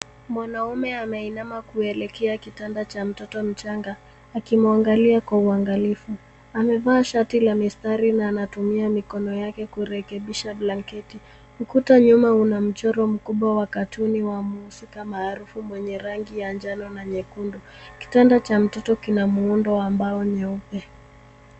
Mwanaume anainama kuelekea kitanda cha mtoto mchanga akimwangalia kwa uangalifu. Amevaa shati la mistari na anatumia mikono yake kurekebisha blanketi. Ukuta nyuma unamchoro mkubwa wa katuni wa mhusika maarufu mwenye rangi ya njano na nyekundu. Kitanda cha mtoto kina muundo wa mbao nyeupe